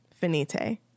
finite